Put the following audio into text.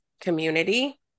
community